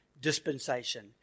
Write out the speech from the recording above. dispensation